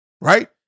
right